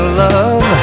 love